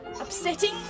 upsetting